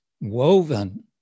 woven